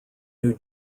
new